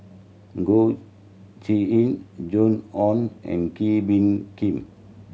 Goh Joan Hon and Kee Bee Khim